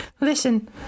listen